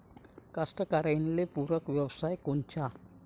कास्तकाराइले पूरक व्यवसाय कोनचा?